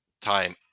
time